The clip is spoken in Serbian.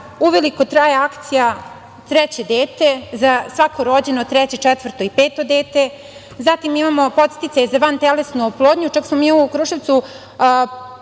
uveliko traje akcija za svako rođeno treće, četvrto i peto dete. Zatim, imamo podsticaje za vantelesnu oplodnju. Čak smo mi u Kruševcu pomerili